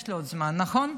יש לי עוד זמן, נכון?